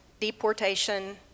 deportation